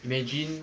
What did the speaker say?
imagine